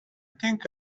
think